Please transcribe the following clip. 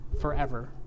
forever